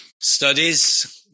studies